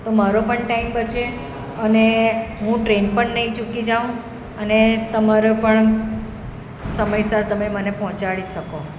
તો મારો પણ ટાઈમ બચે અને હું ટ્રેન પણ નહીં ચૂકી જાઉં અને તમારો પણ સમયસર તમે મને પહોંચાડી શકો